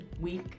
week